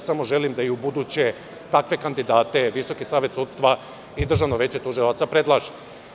Samo želim da i u buduće takve kandidate Visoki savet sudstva i Državno veće tužilaca predlaže.